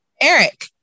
Eric